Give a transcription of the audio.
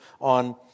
on